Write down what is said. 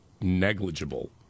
negligible